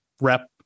rep